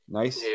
nice